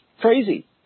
crazy